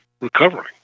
recovering